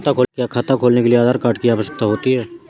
क्या खाता खोलने के लिए आधार कार्ड की आवश्यकता होती है?